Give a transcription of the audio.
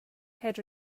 had